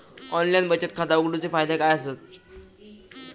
Online बचत खाता उघडूचे फायदे काय आसत?